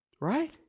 Right